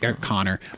Connor